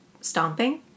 stomping